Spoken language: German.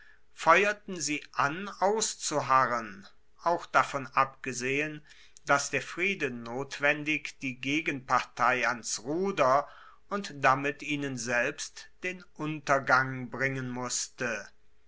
feuerten sie an auszuharren auch davon abgesehen dass der friede notwendig die gegenpartei ans ruder und damit ihnen selbst den untergang bringen musste